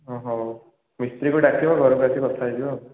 ହଁ ହଉ ମିସ୍ତ୍ରୀକୁ ଡାକିବ ଘରକୁ ଆସିକି କଥା ହୋଇଯିବା ଆଉ